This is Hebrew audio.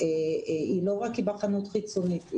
היא לא רק היבחנות חיצונית,